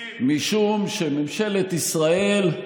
משום שממשלת ישראל,